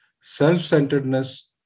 Self-centeredness